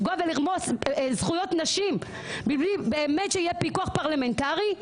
לפגוע ולרמוס זכויות נשים מבלי באמת שיהיה פיקוח פרלמנטרי?